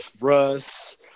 Russ